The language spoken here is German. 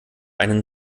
einen